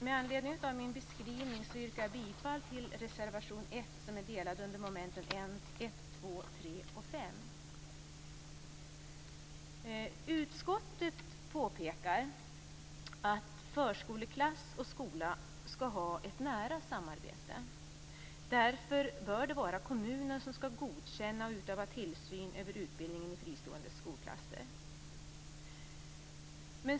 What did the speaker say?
Med anledning av min beskrivning yrkar jag bifall till reservation 1, som är delad under mom. 1, 2, 3 och 5. Utskottet påpekar att förskoleklass och skola skall ha ett nära samarbete. Därför bör det vara kommunen som skall godkänna och utöva tillsyn över utbildningen i fristående skolklasser.